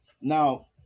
now